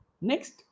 Next